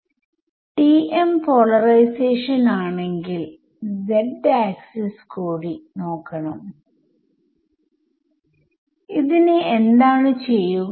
ഇപ്പോൾ എനിക്ക് second order derivative approximate ചെയ്യണമെങ്കിൽ ഈ രണ്ട് ഇക്വേഷനുകളെയുംഞാൻ എന്ത് ചെയ്യും